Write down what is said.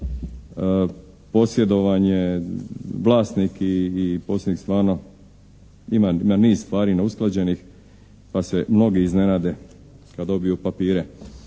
posjedovanje vlasnik i posrednik stvarno ima niz stvari neusklađenih pa se mnogi iznenade kada dobiju papire.